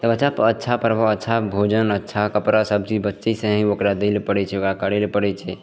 आओर तऽ अच्छा पढ़बऽ अच्छा भोजन अच्छा कपड़ा सबचीज बच्चेसे ही ओकरा दै ले पड़ै छै ओकरा करै ले पड़ै छै